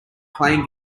playing